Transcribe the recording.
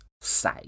say